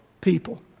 people